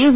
S